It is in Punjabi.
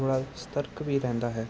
ਥੋੜ੍ਹਾ ਸਤਰਕ ਵੀ ਰਹਿੰਦਾ ਹੈ